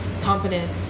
competent